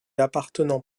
appartenant